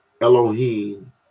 Elohim